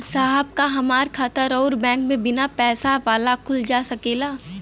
साहब का हमार खाता राऊर बैंक में बीना पैसा वाला खुल जा सकेला?